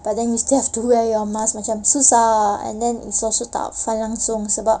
but then you still have to wear your mask macam susah and then it's also tak fun langsung sebab